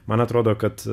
man atrodo kad